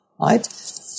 right